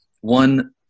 one